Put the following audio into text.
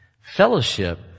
Fellowship